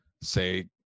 say